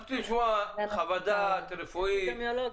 אנחנו רוצים לשמוע חוות דעת רפואית -- אפידמיולוגית,